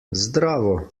zdravo